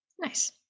Nice